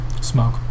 smoke